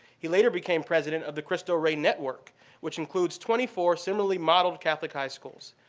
he later became president of the christo rey network which includes twenty four similarly modeled catholic high schools.